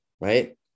Right